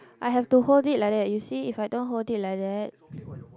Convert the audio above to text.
I have to hold it like that you see if I don't hold it like that